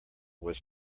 was